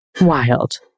wild